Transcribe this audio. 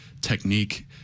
technique